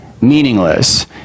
meaningless